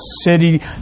city